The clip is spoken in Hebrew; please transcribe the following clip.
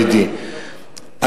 ידידי,